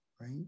right